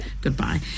Goodbye